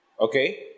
Okay